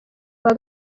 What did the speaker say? kwa